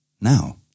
Now